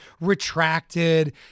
retracted